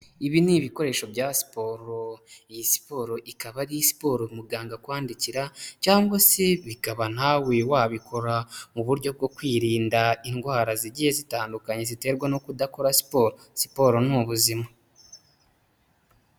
Ibi ni ibikoresho bya siporo. Iyi siporo ikaba ari siporo muganga akwandikira, cyangwa se bikaba nkawe wabikora mu buryo bwo kwirinda indwara zigiye zitandukanye, ziterwa no kudakora siporo. Siporo ni ubuzima.